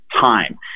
time